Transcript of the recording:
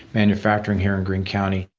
manufacturing here in greene county,